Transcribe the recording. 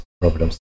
problems